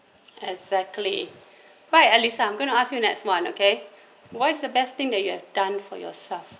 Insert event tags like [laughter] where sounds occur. exactly but alyssa I'm going to ask you next one okay [breath] what is the best thing that you have done for yourself